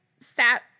sat